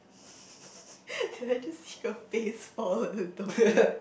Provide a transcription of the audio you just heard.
did I just see your face fall a little bit